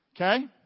Okay